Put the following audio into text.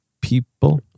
people